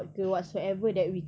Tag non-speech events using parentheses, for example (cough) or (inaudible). (noise)